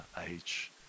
age